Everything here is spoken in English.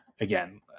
again